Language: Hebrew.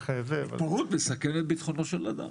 התפרעות מסכנת את ביטחונו של אדם.